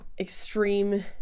Extreme